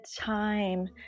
time